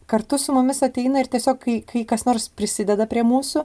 kartu su mumis ateina ir tiesiog kai kai kas nors prisideda prie mūsų